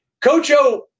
Cocho